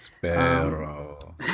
sparrow